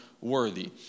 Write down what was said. worthy